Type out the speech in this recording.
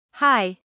Hi